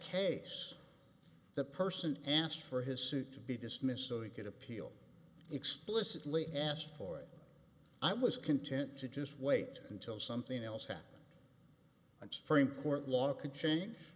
case the person asked for his suit to be dismissed so he could appeal explicitly asked for it i was content to just wait until something else happened and supreme court law could change